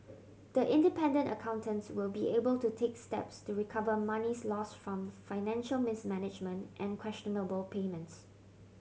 the independent accountants will be able to take steps to recover monies lost from financial mismanagement and questionable payments